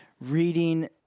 reading